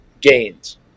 gains